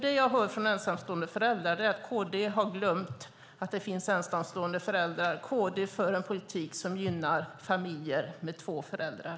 Det jag hör från ensamstående föräldrar är att KD har glömt att det finns ensamstående föräldrar. KD för en politik som gynnar familjer med två föräldrar.